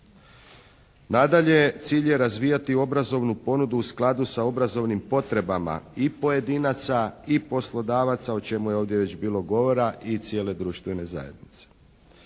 Nadalje, cilj je razvijati obrazovnu ponudu u skladu sa obrazovnim potrebama i pojedinaca i poslodavaca o čemu je ovdje već bilo govora i cijele društvene zajednice.